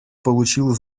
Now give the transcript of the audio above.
получил